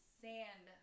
sand